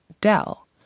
Dell